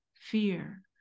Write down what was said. fear